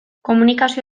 komunikazio